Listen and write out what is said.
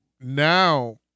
now